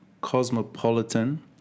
cosmopolitan